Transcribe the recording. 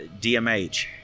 DMH